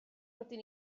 rydyn